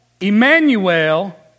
Emmanuel